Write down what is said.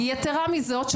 יתרה מזאת,